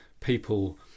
people